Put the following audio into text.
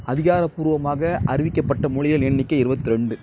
அதிகாரப் பூர்வமாக அறிவிக்கப்பட்ட மொழிகள் எண்ணிக்கை இருபத்துரெண்டு